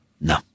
No